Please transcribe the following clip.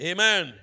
Amen